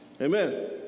Amen